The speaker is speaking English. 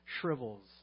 shrivels